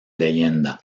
leyenda